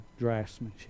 draftsmanship